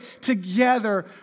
together